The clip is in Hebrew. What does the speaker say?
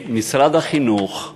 שמשרד החינוך,